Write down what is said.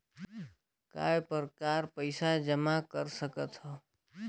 काय प्रकार पईसा जमा कर सकथव?